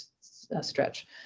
stretch